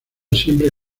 siempre